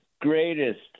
greatest